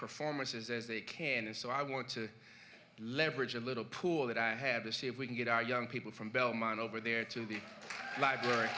performances as they can and so i want to leverage a little pool that i had to see if we can get our young people from belmont over there to the library